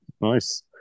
Nice